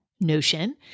notion